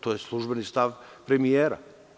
To je službeni stav premijera.